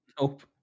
Nope